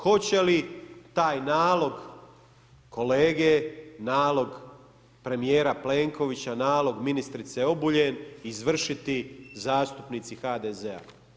Hoće li taj nalog kolege, nalog premijera Plenkovića, nalog ministrice Obuljen izvršiti zastupnici HDZ-a?